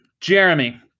Jeremy